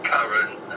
Current